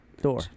door